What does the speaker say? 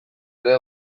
ere